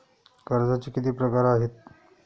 कर्जाचे किती प्रकार आहेत?